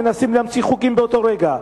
מנסים להמציא חוקים באותו רגע.